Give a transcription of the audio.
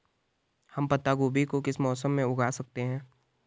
हम पत्ता गोभी को किस मौसम में उगा सकते हैं?